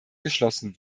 geschlossen